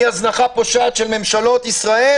מהזנחה פושעת של ממשלות ישראל,